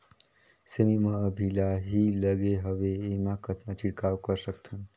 सेमी म अभी लाही लगे हवे एमा कतना छिड़काव कर सकथन?